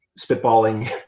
spitballing